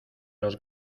los